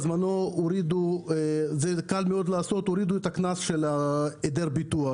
בזמנו הורידו את הקנס על היעדר ביטוח.